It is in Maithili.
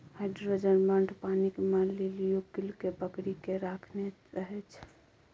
हाइड्रोजन बांड पानिक मालिक्युल केँ पकरि केँ राखने रहै छै